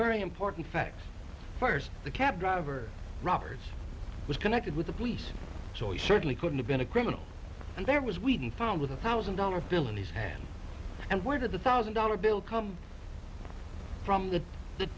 very important facts first the cab driver robbers was connected with the police so he certainly couldn't have been a criminal and there was wheaton found with a thousand dollar bill in his hand and where did the thousand dollar bill come from the